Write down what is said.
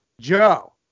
Joe